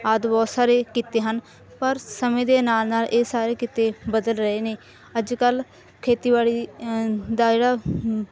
ਆਦਿ ਬਹੁਤ ਸਾਰੇ ਕਿੱਤੇ ਹਨ ਪਰ ਸਮੇਂ ਦੇ ਨਾਲ ਨਾਲ ਇਹ ਸਾਰੇ ਕਿੱਤੇ ਬਦਲ ਰਹੇ ਨੇ ਅੱਜ ਕੱਲ ਖੇਤੀਬਾੜੀ ਦਾ ਜਿਹੜਾ